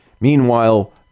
meanwhile